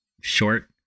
short